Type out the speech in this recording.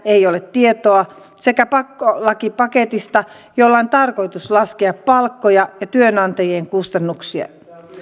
ei ole tietoa sekä pakkolakipaketista jolla on tarkoitus laskea palkkoja ja työnantajien kustannuksia